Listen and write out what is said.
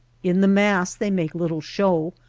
in the mass they make little show,